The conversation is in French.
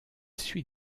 suit